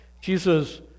Jesus